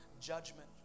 judgment